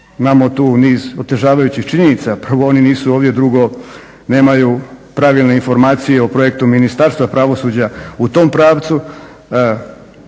imamo tu niz otežavajućih činjenica, pa oni nisu ovdje drugo, nemaju pravilne informacije o projektu Ministarstva pravosuđa u tom pravcu.